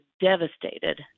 devastated